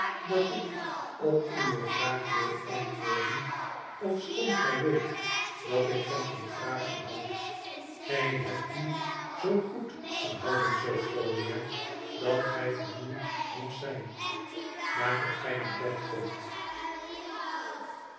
dat ik op uwe vraa wil antwoorden ofschoon gij weet dat ik van geen vragen houd gij hebt u zoo goed gehouden sophronia dat gij vermoeid moet zijn maak dat gij naar ld komt